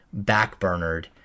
backburnered